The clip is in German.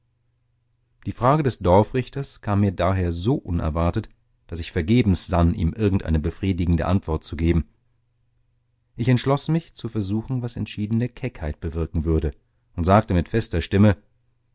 die frage des dorfrichters kam mir daher so unerwartet daß ich vergebens sann ihm irgendeine befriedigende antwort zu geben ich entschloß mich zu versuchen was entschiedene keckheit bewirken würde und sagte mit fester stimme